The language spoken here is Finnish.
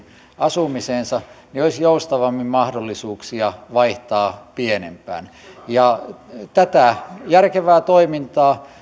asumiseensa olisi joustavammin mahdollisuuksia vaihtaa pienempään ja tätä järkevää toimintaa